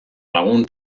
lagun